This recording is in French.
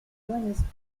johannesburg